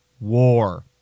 war